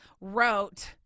wrote